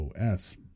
OS